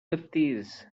fifties